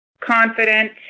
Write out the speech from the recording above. confident